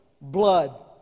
blood